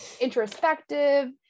introspective